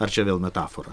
ar čia vėl metafora